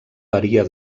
varia